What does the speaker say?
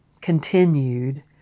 continued